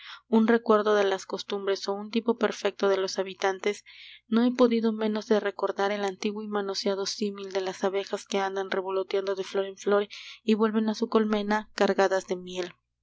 un recuerdo de las costumbres ó un tipo perfecto de los habitantes no he podido menos de recordar el antiguo y manoseado símil de las abejas que andan revoloteando de flor en flor y vuelven á su colmena cargadas de miel